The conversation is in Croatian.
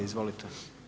Izvolite.